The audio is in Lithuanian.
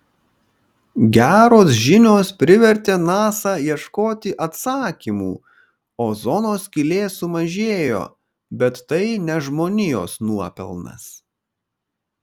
geros žinios privertė nasa ieškoti atsakymų ozono skylė sumažėjo bet tai ne žmonijos nuopelnas